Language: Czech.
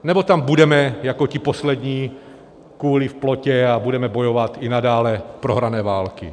Nebo tam budeme jako ty poslední kůly v plotě a budeme bojovat i nadále prohrané války?